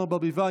אורנה ברביבאי,